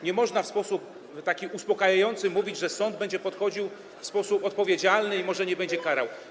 Nie można w sposób uspokajający mówić, że sąd będzie podchodził w sposób odpowiedzialny i może nie będzie karał.